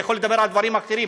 זה יכול לדבר על דברים אחרים.